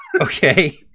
Okay